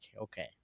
okay